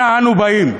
אנה אנו באים?